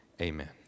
amen